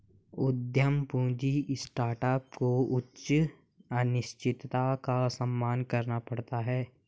उद्यम पूंजी स्टार्टअप को उच्च अनिश्चितता का सामना करना पड़ता है